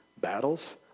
battles